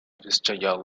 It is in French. vyschaïa